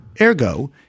Ergo